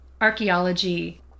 archaeology